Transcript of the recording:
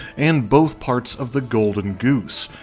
and both parts of the golden goose.